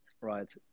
right